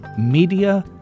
media